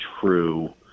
true